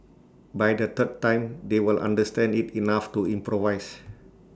by the third time they will understand IT enough to improvise